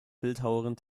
bildhauerin